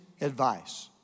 advice